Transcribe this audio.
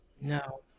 No